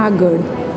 આગળ